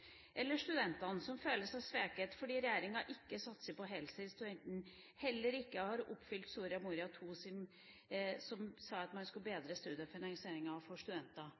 Eller la oss ta studentene, som føler seg sveket fordi regjeringen ikke satser på heltidsstudenten, og heller ikke har oppfylt Soria Mora II, som sa at man skulle bedre studiefinansieringa for studenter